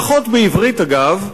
פחות בעברית, אגב,